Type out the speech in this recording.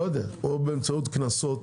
או באמצעות קנסות,